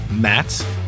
Matt